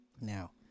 Now